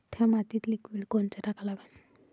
थ्या मातीत लिक्विड कोनचं टाका लागन?